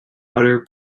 uttar